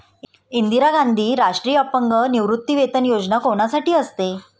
इंदिरा गांधी राष्ट्रीय अपंग निवृत्तीवेतन योजना कोणासाठी असते?